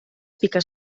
piques